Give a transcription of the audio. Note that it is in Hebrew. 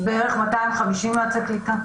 בערך 250 יועצי קליטה.